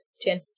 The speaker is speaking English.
ten